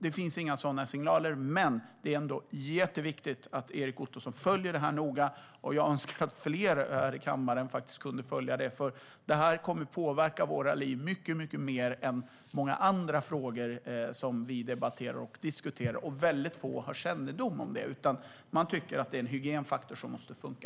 Det finns inga sådana signaler, men det är ändå jätteviktigt att Erik Ottoson följer det här noga. Jag skulle önska att fler här i kammaren faktiskt kunde följa det, för det här kommer att påverka våra liv mycket mer än många andra frågor som vi debatterar och diskuterar, och väldigt få har kännedom om det. Man tycker att det är en hygienfaktor som måste funka.